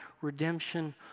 redemption